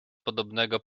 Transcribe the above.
podobnego